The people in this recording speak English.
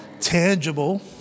tangible